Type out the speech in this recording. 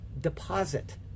deposit